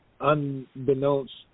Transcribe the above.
unbeknownst